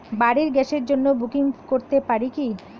বাড়ির গ্যাসের জন্য বুকিং করতে পারি কি?